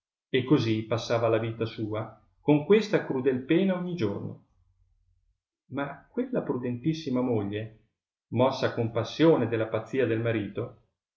e così passava la sua vita con questa crudel pena ogni giorno ma quella prudentissima moglie mossa a compassione della pazzia del marito